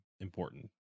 important